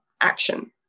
action